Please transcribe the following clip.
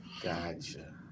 Gotcha